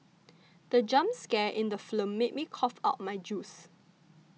the jump scare in the film made me cough out my juice